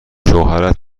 شوهرت